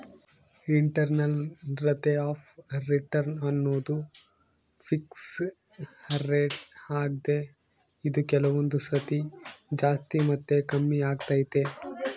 internal rate of return ಅನ್ನೋದು fix rate ಆಗ್ದೆ ಇದು ಕೆಲವೊಂದು ಸತಿ ಜಾಸ್ತಿ ಮತ್ತೆ ಕಮ್ಮಿಆಗ್ತೈತೆ